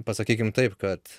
pasakykim taip kad